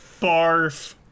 Barf